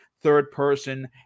Third-person